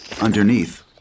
Underneath